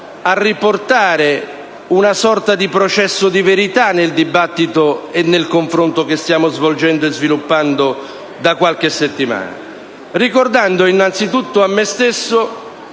a riportare una sorta di processo di verità nel dibattito e nel confronto che stiamo svolgendo e sviluppando da qualche settimana. Ricordo innanzitutto a me stesso